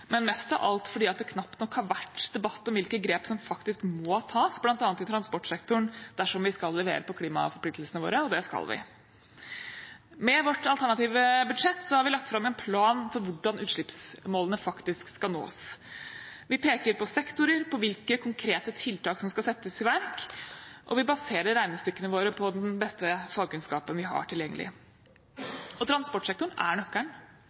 men mest av alt fordi det knapt nok har vært debatt om hvilke grep som faktisk må tas, bl.a. i transportsektoren, dersom vi skal levere på klimaforpliktelsene våre – og det skal vi. Med vårt alternative budsjett har vi lagt fram en plan for hvordan utslippsmålene faktisk skal nås. Vi peker på sektorer, på hvilke konkrete tiltak som skal settes i verk, og vi baserer regnestykkene våre på den beste fagkunnskapen vi har tilgjengelig. Transportsektoren er nøkkelen.